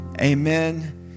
Amen